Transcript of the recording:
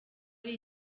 ari